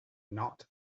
not